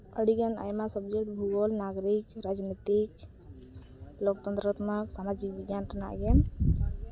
ᱟᱹᱰᱤ ᱜᱟᱱ ᱟᱭᱢᱟ ᱥᱟᱵᱽᱡᱮᱴ ᱵᱷᱩᱜᱳᱞ ᱱᱟᱜᱚᱨᱤᱠ ᱨᱟᱡᱽᱱᱤᱛᱤ ᱞᱳᱠᱛᱚᱱᱛᱨᱚᱥᱚᱢᱟᱡᱽ ᱥᱟᱢᱟᱡᱤᱠ ᱵᱤᱜᱜᱟᱱ ᱨᱮᱱᱟᱜ ᱜᱮ